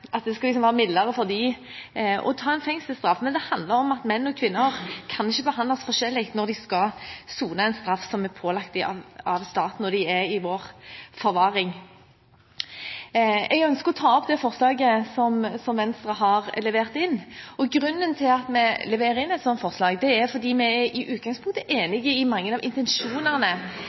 det skal være mildere for dem å ta en fengselsstraff. Det handler om at menn og kvinner ikke kan behandles forskjellig når de skal sone en straff som er pålagt dem av staten, og de er i vår forvaring. Jeg ønsker å ta opp forslaget som Venstre har levert inn. Grunnen til at vi leverer inn et sånt forslag, er fordi vi i utgangspunktet er enig i mange av intensjonene